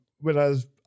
whereas